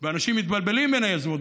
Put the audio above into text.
ואנשים מתבלבלים בין היוזמות.